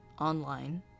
online